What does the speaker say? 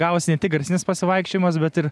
gavosi ne tik garsinis pasivaikščiojimas bet ir